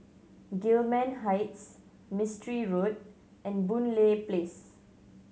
Gillman Heights Mistri Road and Boon Lay Place